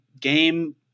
game